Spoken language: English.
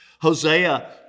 Hosea